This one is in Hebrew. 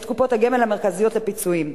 את קופות הגמל המרכזיות לפיצויים.